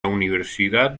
universidad